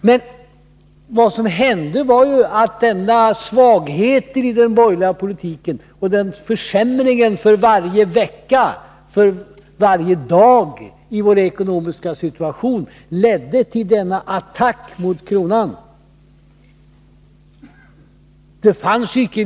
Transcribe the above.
Men vad som hände var att svagheten i den borgerliga politiken och försämringen för varje vecka och för varje dag i vår ekonomiska situation ledde till denna attack mot kronan.